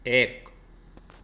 એક